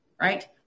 right